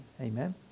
Amen